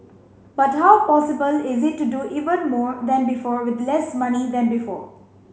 but how possible is it to do even more than before with less money than before